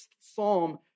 psalm